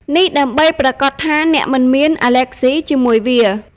នេះដើម្បីប្រាកដថាអ្នកមិនមាន អាលែកហ្ស៊ី ជាមួយវា។